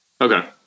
okay